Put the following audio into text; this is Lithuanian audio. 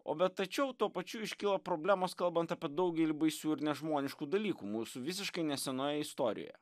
o bet tačiau tuo pačiu iškyla problemos kalbant apie daugelį baisių ir nežmoniškų dalykų mūsų visiškai nesenoje istorijoje